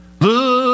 Look